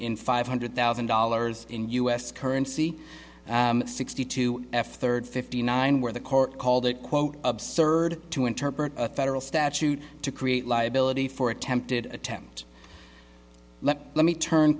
in five hundred thousand dollars in u s currency sixty two f third fifty nine where the court called it quote absurd to interpret federal statute to create liability for attempted attempt let me turn